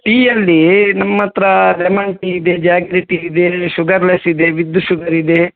tea ಅಂಗಡಿ ನಮ್ಮತ್ತಿರ lemon tea ಇದೆ ಜ್ಯಾಗ್ರಿ ಟೀ ಇದೆ ಶುಗರ್ ಲೆಸ್ ಇದೆ ವಿದ್ ಶುಗರ್ ಇದೆ